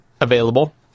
available